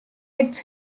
its